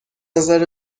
نظر